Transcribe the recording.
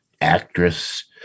actress